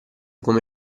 come